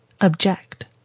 object